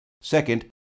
Second